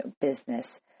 business